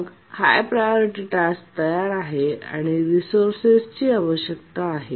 मग high priority task तयार आहे आणि रिसोर्सेसची आवश्यकता आहे